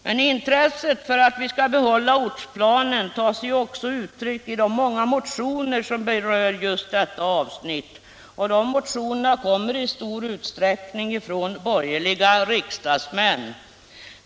Men intresset för att vi skall få behålla ortsplanen tar sig också uttryck i de många motioner som berör just detta avsnitt, och de motionerna kommer i stor utsträckning från borgerliga riksdagsmän.